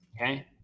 okay